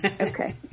Okay